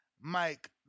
Mike